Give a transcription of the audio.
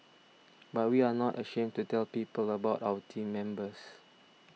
but we are not ashamed to tell people about our team members